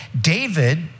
David